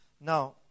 Now